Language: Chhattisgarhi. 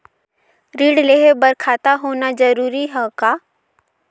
ऋण लेहे बर खाता होना जरूरी ह का?